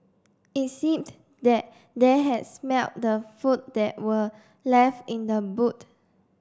it seemed that they had smelt the food that were left in the boot